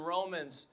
Romans